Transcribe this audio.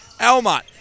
Almont